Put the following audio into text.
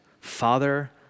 Father